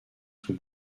sous